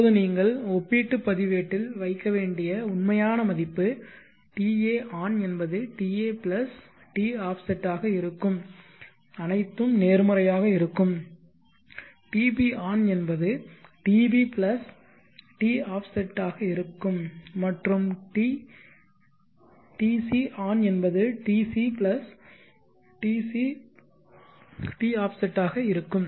இப்போது நீங்கள் ஒப்பீட்டு பதிவேட்டில் வைக்க வேண்டிய உண்மையான மதிப்பு taon என்பது ta plus toffset ஆக இருக்கும் அனைத்தும் நேர்மறையாக இருக்கும் tbon என்பது tb plus toffset ஆக இருக்கும் மற்றும் tcon என்பது tc plus tcffset ஆக இருக்கும்